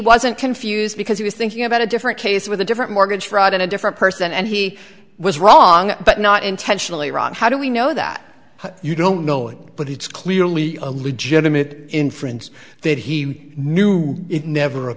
wasn't confused because he was thinking about a different case with a different mortgage fraud in a different person and he was wrong but not intentionally right how do we know that you don't know it but it's clearly a legitimate inference that he knew it never